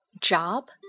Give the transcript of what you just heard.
job